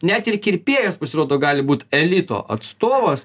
net ir kirpėjas pasirodo gali būt elito atstovas